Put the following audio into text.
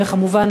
וכמובן,